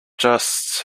just